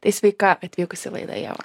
tai sveika atvykusi į laidą ieva